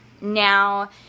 Now